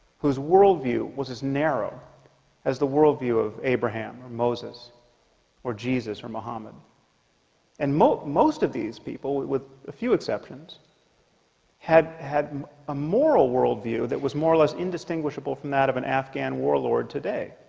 whose worldview was as narrow as the worldview of abraham or moses or jesus or mohammed and most most of these people with a few exceptions had had a moral worldview. that was more or less indistinguishable from that of an afghan warlord today